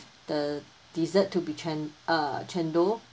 the dessert to be cen~ uh cendol